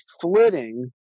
flitting